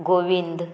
Govind